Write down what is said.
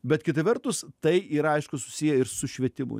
bet kita vertus tai yra aišku susiję ir su švietimu